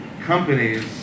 companies